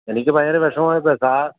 എനിക്ക് ഭയങ്കര വിഷമമായി സാർ സാർ